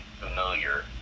familiar